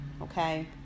Okay